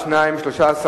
קבוצת סיעת חד"ש לא נתקבלה.